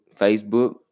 Facebook